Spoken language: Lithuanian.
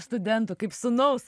studento kaip sūnaus